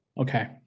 Okay